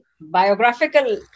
biographical